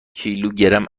کیلوگرم